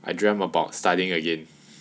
I dreamt about studying again